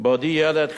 בעודי ילד,